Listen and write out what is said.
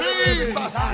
Jesus